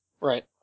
right